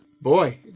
boy